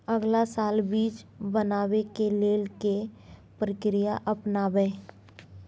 अगला साल बीज बनाबै के लेल के प्रक्रिया अपनाबय?